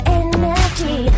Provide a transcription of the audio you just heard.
energy